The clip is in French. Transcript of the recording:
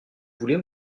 voulez